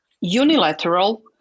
unilateral